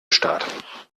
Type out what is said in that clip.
staat